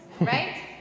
right